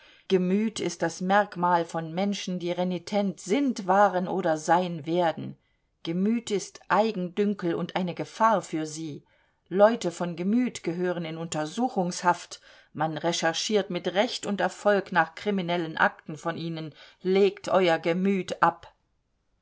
gemüt ist das merkmal von menschen die renitent sind waren oder sein werden gemüt ist eigendünkel und eine gefahr für sie leute von gemüt gehören in untersuchungshaft man recherchiert mit recht und erfolg nach kriminellen akten von ihnen legt euer gemüt ab